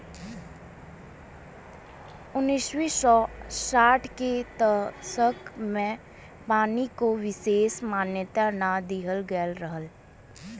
उन्नीस सौ साठ के दसक में पानी को विसेस मान्यता ना दिहल गयल रहल